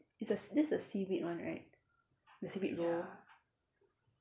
it's a that's the seaweed one right the seaweed roll